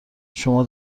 شما